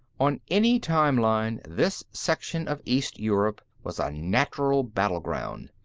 on any time-line, this section of east europe was a natural battleground.